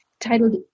titled